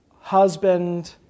husband